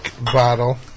bottle